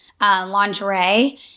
lingerie